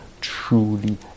truly